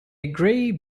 gray